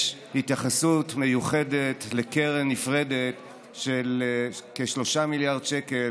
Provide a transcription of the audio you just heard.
יש התייחסות מיוחדת לקרן נפרדת של כ-3 מיליארד שקל